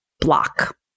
block